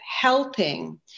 helping